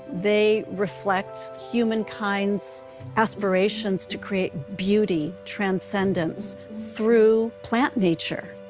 they reflect humankind's aspirations to create beauty, transcendence through plant nature.